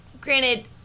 Granted